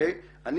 עם